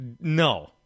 no